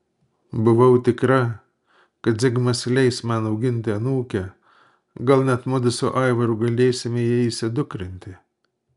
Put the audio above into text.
buvau tikra kad zigmas leis man auginti anūkę gal net mudu su aivaru galėsime ją įsidukrinti